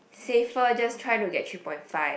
safer just try to get three point five